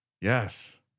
Yes